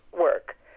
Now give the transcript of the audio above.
work